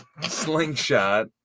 slingshot